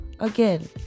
again